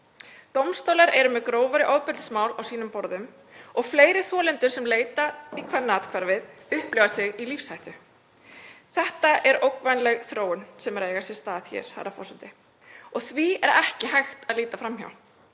Dómstólar eru með grófari ofbeldismál á sínum borðum og fleiri þolendur sem leita í Kvennaathvarfið upplifa sig í lífshættu. Þetta er ógnvænleg þróun sem er að eiga sér stað hér, herra forseti, og því er ekki hægt að líta fram hjá.